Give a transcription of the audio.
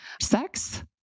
sex